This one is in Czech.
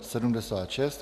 76.